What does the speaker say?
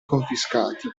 confiscati